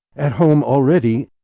at home, already